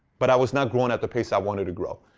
but i was not growing at the pace i wanted to grow.